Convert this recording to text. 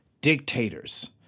dictators